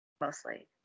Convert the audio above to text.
mostly